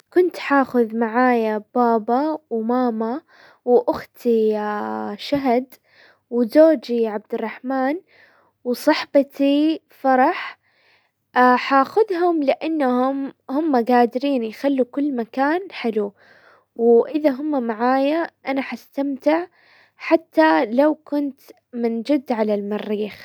كنت حاخذ معايا بابا وماما واختي شهد وزوجي عبد الرحمن وصحبتي فرح، حاخذهم لانهم هم قادرين يخلوا كل مكان حلو، واذا هما معايا انا حستمتع حتى لو كنت من جد على المريخ.